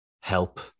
Help